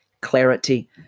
clarity